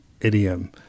idiom